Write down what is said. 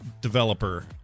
developer